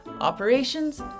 operations